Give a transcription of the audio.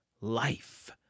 life